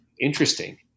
interesting